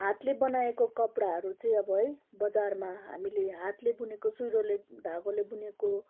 हातले बनाएको कपडाहरू चाहिँ अब है बजारमा हामीले हातले बुनेको सुइरोले धागोले बुनेको